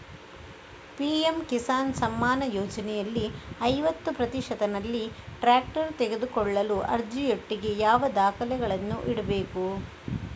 PM Kisan Samman ಯೋಜನೆಯಲ್ಲಿ ಐವತ್ತು ಪ್ರತಿಶತನಲ್ಲಿ ಟ್ರ್ಯಾಕ್ಟರ್ ತೆಕೊಳ್ಳಲು ಅರ್ಜಿಯೊಟ್ಟಿಗೆ ಯಾವ ದಾಖಲೆಗಳನ್ನು ಇಡ್ಬೇಕು?